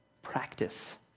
Practice